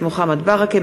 מוחמד ברכה,